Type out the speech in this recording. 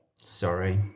Sorry